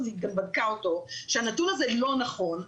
היא גם בדקה אותו הנתון הזה לא נכון.